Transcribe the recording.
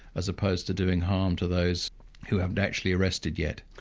as opposed to doing harm to those who haven't actually arrested yet.